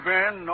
Ben